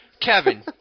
Kevin